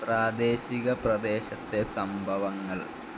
പ്രാദേശിക പ്രദേശത്തെ സംഭവങ്ങൾ